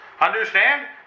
Understand